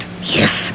Yes